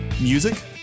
Music